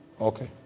Okay